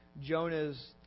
Jonah's